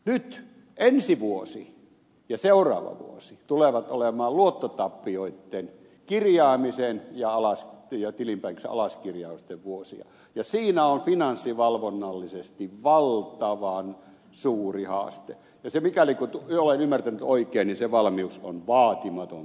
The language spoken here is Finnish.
nyt ensi vuosi ja seuraava vuosi tulevat olemaan luottotappioitten kirjaamisen ja tilinpäätösten alaskirjausten vuosia ja siinä on finanssivalvonnallisesti valtavan suuri haaste ja mikäli olen ymmärtänyt oikein niin se valmius on vaatimaton tällä hetkellä